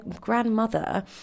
grandmother